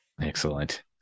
Excellent